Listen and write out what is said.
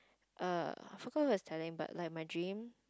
err I forgot who I was telling but like my dream